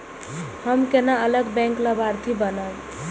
हम केना अलग बैंक लाभार्थी बनब?